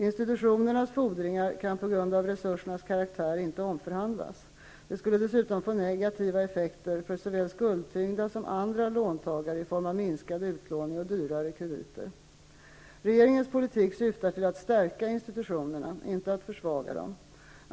Institutionernas fordringar kan på grund av resursernas karaktär inte omförhandlas. Det skulle dessutom få negativa effekter för såväl skuldtyngda som andra låntagare i form av minskad utlåning och dyrare krediter. Regeringens politik syftar till att stärka institutionerna -- inte att försvaga dem.